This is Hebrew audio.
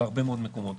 בהרבה מאוד מקומות.